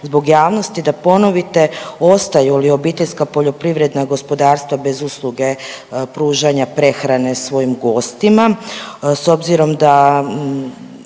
zbog javnosti da ponovite ostaju li obiteljska poljoprivredna gospodarstva bez usluge pružanja prehrane svojim gostima